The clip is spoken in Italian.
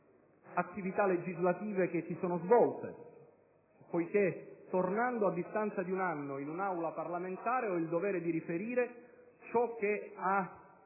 alle attività legislative che si sono svolte. Infatti, tornando a distanza di un anno in un'Aula parlamentare, ho il dovere di riferire ciò che ha